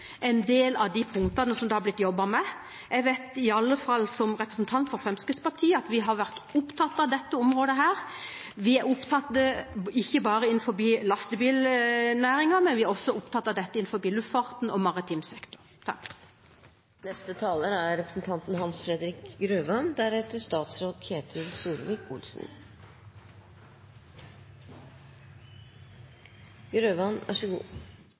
en del av de punktene som det har blitt jobbet med. Jeg vet i alle fall, som representant for Fremskrittspartiet, at vi har vært opptatt av dette området. Vi er opptatt av det ikke bare innenfor lastebilnæringen, men